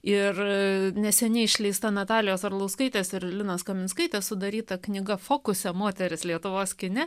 ir neseniai išleista natalijos arlauskaitės ir linos kaminskaitės sudaryta knyga fokuse moteris lietuvos kine